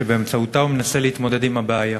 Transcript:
שבאמצעותה הוא מנסה להתמודד עם הבעיה.